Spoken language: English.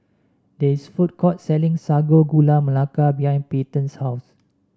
there is a food court selling Sago Gula Melaka behind Peyton's house